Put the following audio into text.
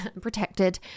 protected